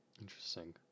Interesting